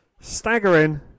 staggering